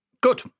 good